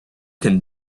can